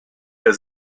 der